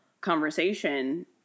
conversation